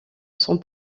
son